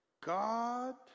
God